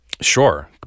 Sure